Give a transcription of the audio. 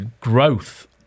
growth